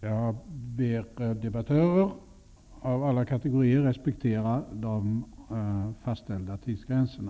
Jag ber debattörerna att respektera de fastställda tidsgränserna.